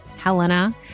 Helena